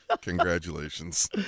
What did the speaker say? Congratulations